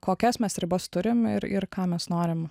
kokias mes ribas turim ir ir ką mes norim